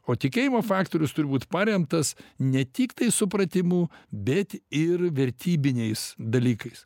o tikėjimo faktorius turi būt paremtas ne tiktai supratimu bet ir vertybiniais dalykais